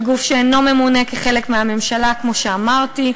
זה גוף שאינו ממונה כחלק מהממשלה, כמו שאמרתי,